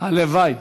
הלוואי.